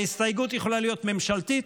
ההסתייגות יכולה להיות ממשלתית,